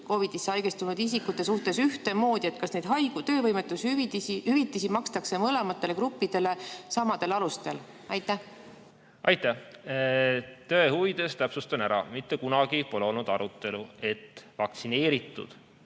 COVID-isse haigestunud isikute suhtes ühtemoodi? Kas neid töövõimetushüvitisi makstakse mõlemale grupile samadel alustel? Aitäh! Tõe huvides täpsustan ära: mitte kunagi pole olnud arutelu, et vaktsineeritud